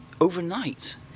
overnight